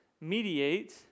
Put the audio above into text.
mediate